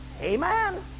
Amen